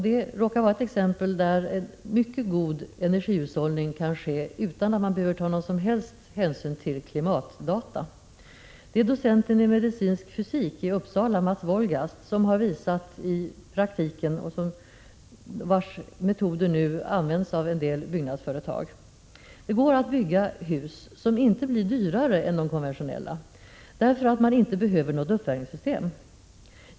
Det råkar vara ett exempel på att man kan få mycket god energihushållning utan att ta någon som helst hänsyn till klimatdata. Docenten i medicinsk fysik i Uppsala, Mats Wolgast, har utvecklat metoder som har prövats i praktiken och nu används av en del byggnadsföretag. Det går att bygga hus som inte blir dyrare än de konventionella, därför att man inte behöver något uppvärmningssystem.